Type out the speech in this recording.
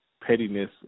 pettiness